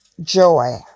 joy